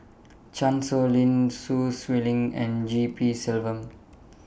Chan Sow Lin Sun Xueling and G P Selvam